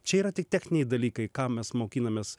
čia yra tik techniniai dalykai ką mes mokinamės